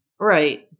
Right